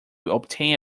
obtain